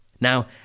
Now